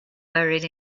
buried